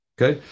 Okay